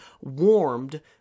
warmed